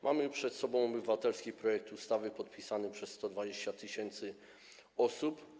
Mamy przed sobą obywatelski projekt ustawy podpisany przez 120 tys. osób.